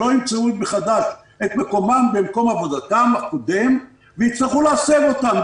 שלא ימצאו מחדש את מקומם במקום עבודתם הקודם ויצטרכו להסב אותם,